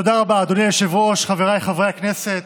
אדוני היושב-ראש, חבריי חברי הכנסת,